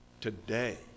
today